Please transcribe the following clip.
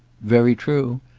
very true.